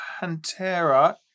Pantera